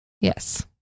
Yes